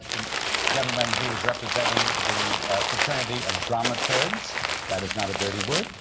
gentleman who is representing the fraternity of dramaturgs that is not a dirty word,